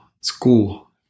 school